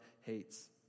hates